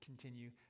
continue